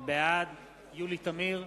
בעד יולי תמיר,